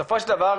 בסופו של דבר,